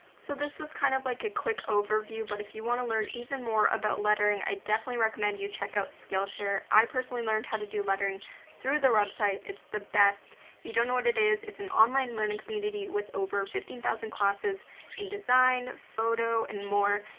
so this was kind of like a quick overview, but if you wanna learn even more about lettering, i definitely recommend you check out skillshare. i personally learned how to do lettering through their website. it's the best. if you don't know what it is, it's an online learning community with over fifteen thousand classes in design, photo and more.